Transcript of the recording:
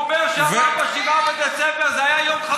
הוא אומר 7 בדצמבר, זה היה יום חמישי.